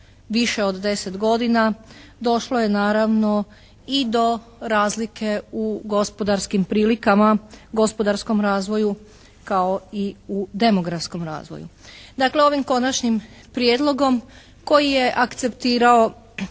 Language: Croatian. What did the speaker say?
više od deset godina došlo je naravno i do razlike u gospodarskim prilikama, gospodarskom razvoju kao i u demografskom razvoju. Dakle, ovim konačnim prijedlogom koji je akceptirao